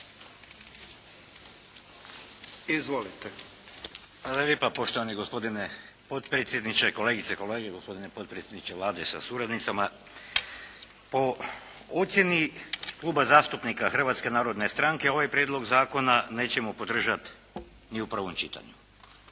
(HNS)** Hvala lijepa. Poštovani gospodine potpredsjedniče, kolegice i kolege, gospodine potpredsjedniče Vlade sa suradnicama. Po ocjeni Kluba zastupnika Hrvatske narodne strane ovaj prijedlog zakona nećemo podržati ni u prvom čitanju,